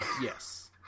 Yes